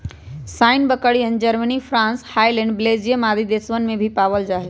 सानेंइ बकरियन, Germany, France, Holland, Belgium आदि देशवन में भी पावल जाहई